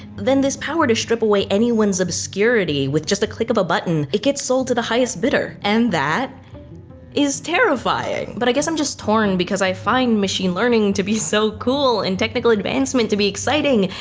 then this power to strip away anyone's obscurity with just a click of a button, it gets sold to the highest bidder. and that is terrifying. but i guess i'm just torn because i find machine learning to be so cool and technical advancement to be exciting,